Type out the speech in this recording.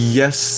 yes